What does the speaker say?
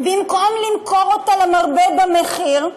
במקום למכור אותה למרבה במחיר,